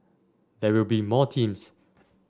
there will be more teams